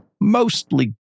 mostly